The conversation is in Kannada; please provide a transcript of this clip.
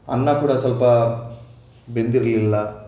ಅನ್ನ ಕೂಡ ಸ್ವಲ್ಪ ಬೆಂದಿರಲಿಲ್ಲ